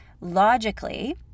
Logically